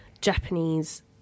Japanese